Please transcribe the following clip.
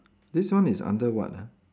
this one is under what ah